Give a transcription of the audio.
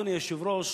אדוני היושב-ראש,